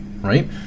right